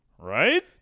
right